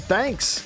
Thanks